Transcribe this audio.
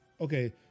Okay